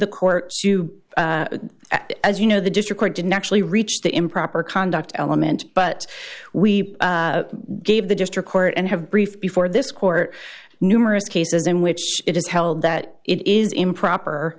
the court to as you know the district didn't actually reach the improper conduct element but we gave the district court and have briefed before this court numerous cases in which it is held that it is improper